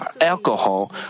alcohol